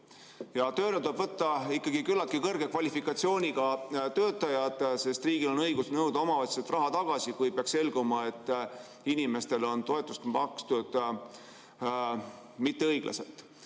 Ja tööle tuleb võtta ikkagi küllaltki kõrge kvalifikatsiooniga töötajad, sest riigil on õigus nõuda omavalitsustelt raha tagasi, kui peaks selguma, et inimestele on toetust makstud ebaõiglaselt.